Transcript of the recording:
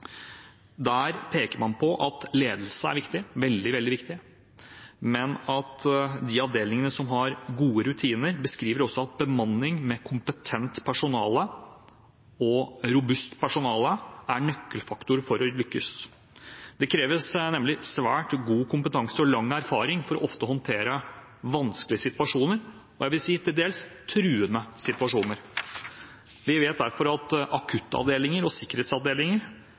Der peker man på at ledelse er veldig, veldig viktig, men de avdelingene som har gode rutiner, beskriver også at bemanning med kompetent og robust personale er en nøkkelfaktor for å lykkes. Det kreves nemlig svært god kompetanse og lang erfaring for ofte å håndtere vanskelige – og jeg vil si til dels truende – situasjoner. Vi vet at det er akuttavdelinger og sikkerhetsavdelinger